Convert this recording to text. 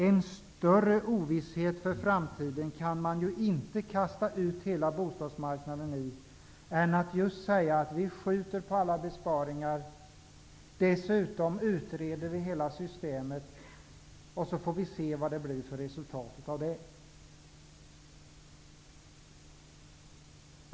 Man kan inte kasta ut hela bostadsmarkanden i en större ovisshet inför framtiden än när man säger att man skall skjuta på alla besparingar. Dessutom säger man att man skall utreda hela systemet, och sedan får man se vad det blir för resultat.